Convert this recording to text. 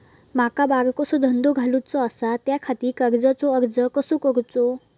माका बारकोसो धंदो घालुचो आसा त्याच्याखाती कर्जाचो अर्ज कसो करूचो?